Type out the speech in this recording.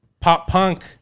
pop-punk